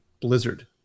blizzard